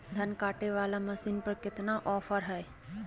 धान कटे बाला मसीन पर कितना ऑफर हाय?